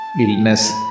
illness